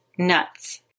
Nuts